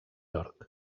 york